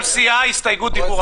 כל סיעה הסתייגות דיבור אחת.